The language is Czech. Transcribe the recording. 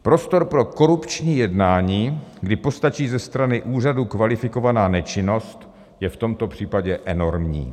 Prostor pro korupční jednání, kdy postačí ze strany úřadu kvalifikovaná nečinnost, je v tomto případě enormní.